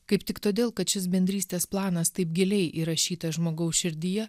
kaip tik todėl kad šis bendrystės planas taip giliai įrašytas žmogaus širdyje